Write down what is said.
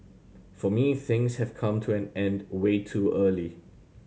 for me things have come to an end way too early